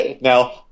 Now